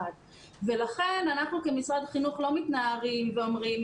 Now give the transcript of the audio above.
ולכן אנחנו כמשרד החינוך לא מתנערים ואומרים,